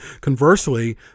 Conversely